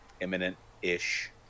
imminent-ish